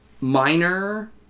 minor